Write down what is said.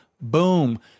Boom